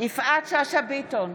יפעת שאשא ביטון,